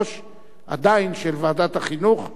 עדיין של ועדת החינוך, אתה לא רוצה?